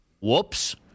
Whoops